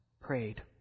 prayed